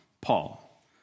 Paul